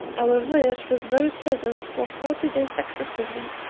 our voyage was very pleasant for forty days successively,